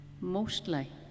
mostly